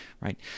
right